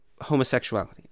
homosexuality